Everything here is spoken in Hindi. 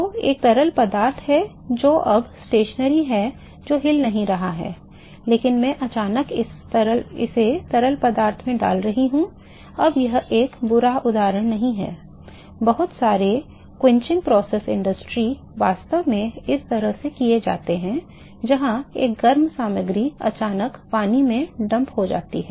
तो एक तरल पदार्थ है जो अब स्थिर है जो हिल नहीं रहा है लेकिन मैं अचानक इसे तरल पदार्थ में डाल रहा हूं अब यह एक बुरा उदाहरण नहीं है बहुत सारे शमन प्रक्रिया उद्योग वास्तव में इस तरह से किए जाते हैं जहां एक गर्म सामग्री अचानक पानी में डंप हो जाती है